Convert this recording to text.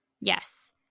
yes